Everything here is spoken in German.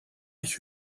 ich